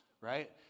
right